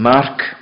Mark